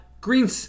green